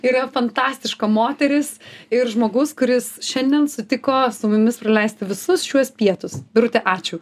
yra fantastiška moteris ir žmogus kuris šiandien sutiko su mumis praleisti visus šiuos pietus birute ačiū